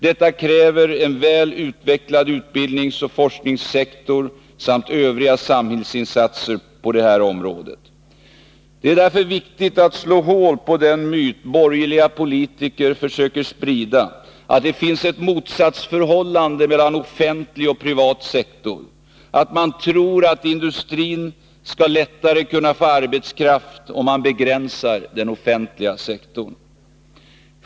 Detta förutsätter en väl utvecklad utbildningsoch forskningssektor samt andra samhällsinsatser på detta område. Det är därför viktigt att slå hål på den myt borgerliga politiker försöker sprida om att det finns ett motsatsförhållande mellan offentlig och privat sektor och att industrin lättare skulle kunna få arbetskraft om man begränsar den offentliga sektorn.